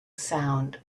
sound